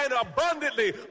abundantly